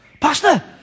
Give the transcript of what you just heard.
Pastor